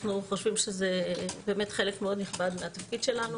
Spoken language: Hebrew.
אנחנו חושבים שזה חלק מאוד נכבד מהתפקיד שלנו